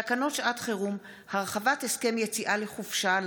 תקנות שעת חירום (הרחבת הסכם יציאה לחופשה על